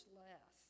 less